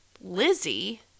Lizzie